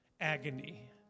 agony